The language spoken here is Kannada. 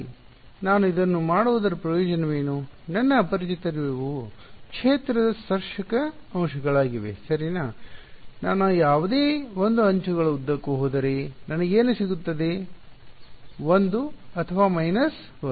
ಹಾಗಾಗಿನಾನು ಇದನ್ನು ಮಾಡುವುದರ ಪ್ರಯೋಜನವೇನು ನನ್ನ ಅಪರಿಚಿತರಿರುವವು ಕ್ಷೇತ್ರದ ಸ್ಪರ್ಶಕ ಅಂಶಗಳಾಗಿವೆ ಸರಿನಾ ನಾನು ಯಾವುದೇ 1 ಅಂಚುಗಳ ಉದ್ದಕ್ಕೂ ಹೋದರೆ ನನಗೆ ಏನು ಸಿಗುತ್ತದೆ 1 ಅಥವಾ ಮೈನಸ್ 1